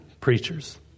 preachers